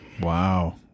Wow